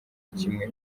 kimwe